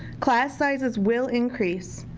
class sizes will increase,